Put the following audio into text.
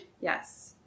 Yes